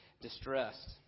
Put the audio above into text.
distressed